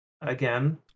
again